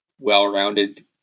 well-rounded